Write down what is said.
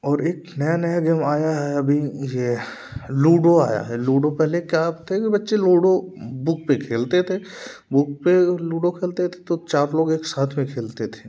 और एक नया नया गेम आया है अभी ये लूडो आया है लूडो पहले कब थे कि बच्चे लूडो बुक पर खेलते थे बुक पर लूडो खेलते थे तो चार लोग एक सांथ में खेलते थें